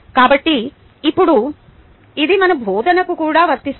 కాబట్టి ఇప్పుడు ఇది మన బోధనకు కూడా వర్తిస్తుంది